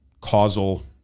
causal